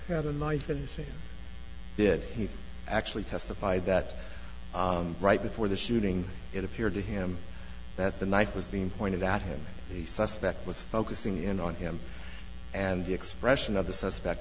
had a knife and he did he actually testified that right before the shooting it appeared to him that the knife was being pointed at him the suspect was focusing in on him and the expression of the suspect